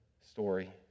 story